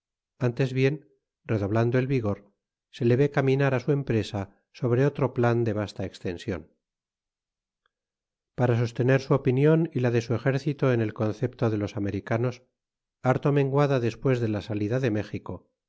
antes bien redoblando el vigor se le ve caminar su empresa sobre otro pian de vasta estension para sostener su opinion y la de su ejército en el concepto de los americanos harto menguada despues de la salida de méjico